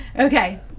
okay